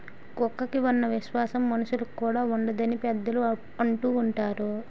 కుక్కకి ఉన్న విశ్వాసం మనుషులుకి కూడా ఉండదు అని పెద్దలు అంటూవుంటారు